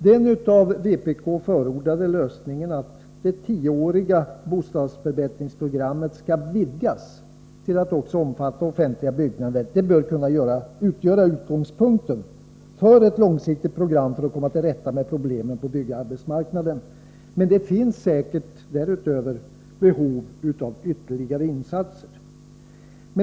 Den av vpk förordade lösningen — att det tioåriga bostadsförbättringsprogrammet skall vidgas till att också omfatta offentliga byggnader — bör kunna utgöra utgångspunkten för ett långsiktigt program för att komma till rätta med problemen på byggarbetsmarknaden. Det finns därutöver behov av ytterligare insatser.